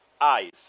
eyes